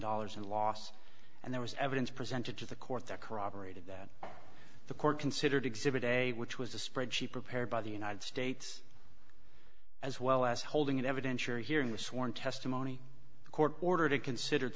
dollars and lost and there was evidence presented to the court that corroborated that the court considered exhibit a which was a spread sheet prepared by the united states as well as holding an evidentiary hearing the sworn testimony the court ordered it considered